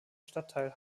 stadtteil